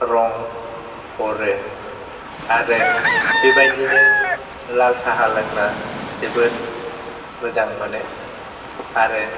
रं हरो आरो बेबायदिनो लाल साहा लोंनो जोबोद मोजां मोनो आरो